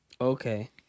Okay